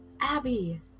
abby